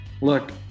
Look